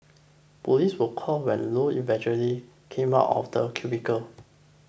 police were called when low eventually came out of the cubicle